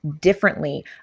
differently